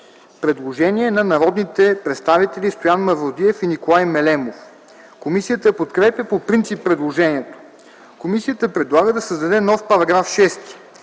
Предложение на народните представители Стоян Мавродиев и Николай Мелемов. Комисията подкрепя по принцип предложението. Комисията предлага да се създаде нов § 6: „§ 6.